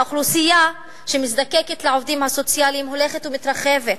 האוכלוסייה שמזדקקת לעובדים הסוציאליים הולכת ומתרחבת.